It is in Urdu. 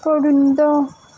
پرندہ